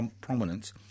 prominence